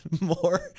more